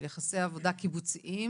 של יחסי עבודה קיבוציים,